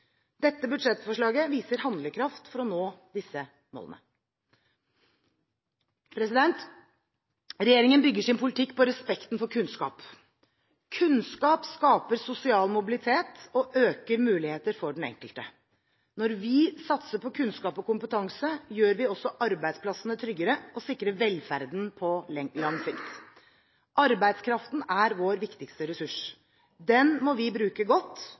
Dette budsjettforslaget viser handlekraft for å nå disse målene. Regjeringen bygger sin politikk på respekten for kunnskap. Kunnskap skaper sosial mobilitet og økte muligheter for den enkelte. Når vi satser på kunnskap og kompetanse, gjør vi også arbeidsplassene tryggere og sikrer velferden på lang sikt. Arbeidskraften er vår viktigste ressurs. Den må vi bruke godt.